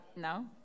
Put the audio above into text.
no